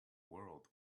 world